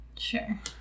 Sure